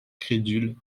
crédule